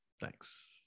Thanks